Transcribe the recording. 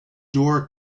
door